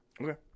Okay